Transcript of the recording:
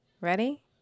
ready